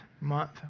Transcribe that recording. month